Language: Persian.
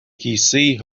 کیسهای